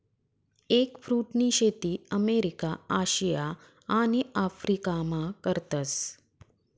एगफ्रुटनी शेती अमेरिका, आशिया आणि आफरीकामा करतस